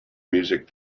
music